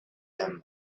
them